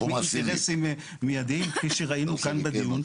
מאינטרסים מיידים, כפי שראינו כאן בדיון.